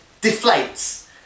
deflates